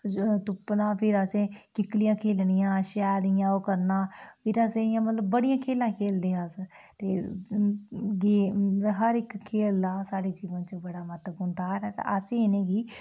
तुप्पना फ्ही असें किकलियां खेढनियां शैल इ'यां ओह् करना फ्ही असें इ'यां मतलब बड़ियां खेढां खेढदे हे अस ते गेम हर इक खेढ दा साढ़े जीवन च बड़ा मता मैह्त्तवपूर्ण थाह्र ऐ ते असें इ'नें गी